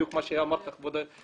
בדיוק כפי שאמר כבוד היושב-ראש.